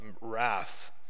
wrath